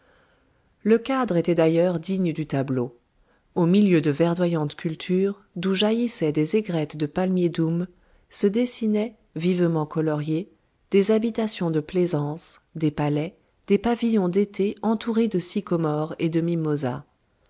le cadre était d'ailleurs digne du tableau au milieu de verdoyantes cultures d'où jaillissaient des aigrettes de palmiers doums se dessinaient vivement coloriés des habitations de plaisance des palais des pavillons d'été entourés de sycomores et de mimosas